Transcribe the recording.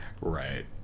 Right